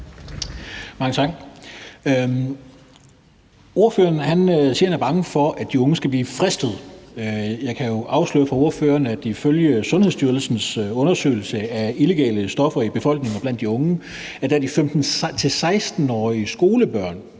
Mange tak. Ordføreren siger, at han er bange for, at de unge skal blive fristet. Jeg kan afsløre for ordføreren, at ifølge Sundhedsstyrelsens undersøgelse af illegale stoffer i befolkningen blandt de unge er vi gået fra, at det blandt de 15-16-årige skolebørn,